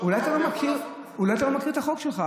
אולי אתה לא מכיר את החוק שלך,